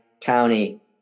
County